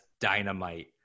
dynamite